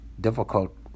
difficult